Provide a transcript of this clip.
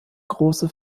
große